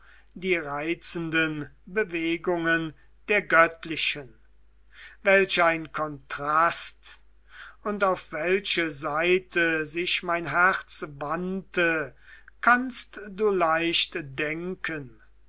die reizenden bewegungen der göttlichen welch ein kontrast und auf welche seite sich mein herz wandte kannst du leicht denken